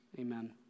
Amen